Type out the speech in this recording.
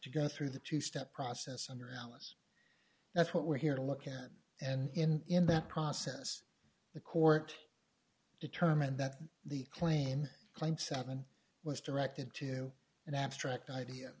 to go through the two step process under alice that's what we're here to look at and in that process the court determined that the plane claimed seven was directed to an abstract idea